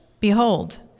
Behold